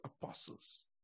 apostles